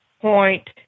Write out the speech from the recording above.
point